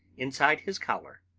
inside his collar,